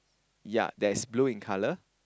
ya that is blue in colour